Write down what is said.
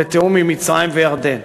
"בתיאום עם מצרים וירדן".